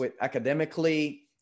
academically